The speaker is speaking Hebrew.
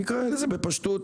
נקרא לזה בפשטות,